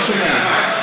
לא שומע.